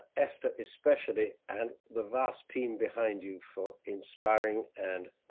esther especially, and the vast team behind you for inspiring and